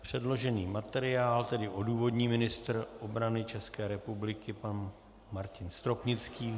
Předložený materiál tedy odůvodní ministr obrany České republiky pan Martin Stropnický.